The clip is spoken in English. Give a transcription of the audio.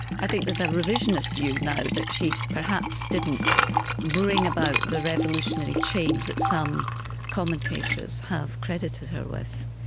i think there's a revisionist view now that she perhaps didn't bring about the revolutionary change that some commentators have credited her with.